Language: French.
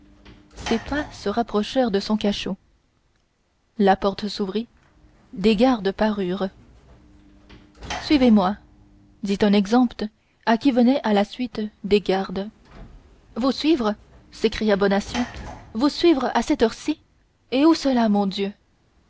ces pas se rapprochèrent de son cachot sa porte s'ouvrit des gardes parurent suivez-moi dit un exempt qui venait à la suite des gardes vous suivre s'écria bonacieux vous suivre à cette heure-ci et où cela mon dieu